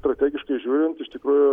strategiškai žiūrint iš tikrųjų